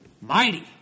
mighty